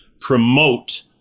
promote